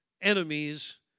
enemies